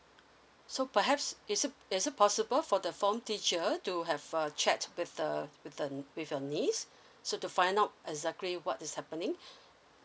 so perhaps is it is it possible for the form teacher to have a chat with the with the with your niece so to find out exactly what is happening